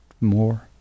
more